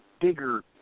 bigger